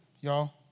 Y'all